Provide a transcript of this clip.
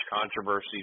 controversy